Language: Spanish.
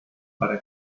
para